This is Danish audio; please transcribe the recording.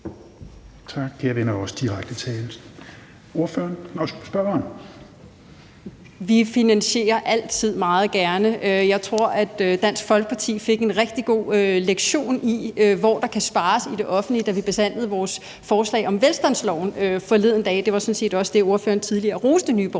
Tak. »Kære venner« er også direkte tiltale. Spørgeren. Kl. 16:12 Mette Thiesen (NB): Vi finansierer altid meget gerne. Jeg tror, at Dansk Folkeparti fik en rigtig god lektion i, hvor der kan spares i det offentlige, da vi behandlede vores forslag om velstandsloven forleden dag – det var sådan set også det, ordføreren tidligere roste Nye